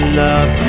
love